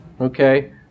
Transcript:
Okay